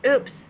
Oops